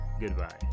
goodbye